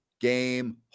game